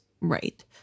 Right